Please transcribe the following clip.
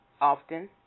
Often